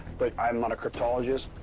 but i'm not a cryptologist.